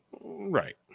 Right